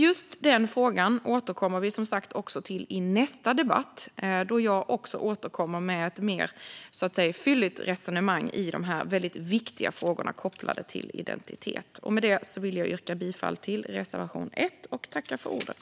Just den frågan återkommer vi som sagt till i nästa debatt, då jag även återkommer med ett mer fylligt resonemang i de här viktiga frågorna kopplade till identitet. Med det sagt vill jag yrka bifall till reservation 1, fru talman.